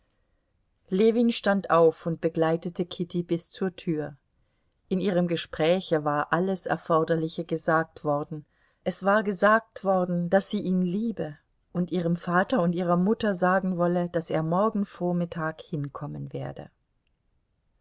ljewin stand auf und begleitete kitty bis zur tür in ihrem gespräche war alles erforderliche gesagt worden es war gesagt worden daß sie ihn liebe und ihrem vater und ihrer mutter sagen wolle daß er morgen vormittag hinkommen werde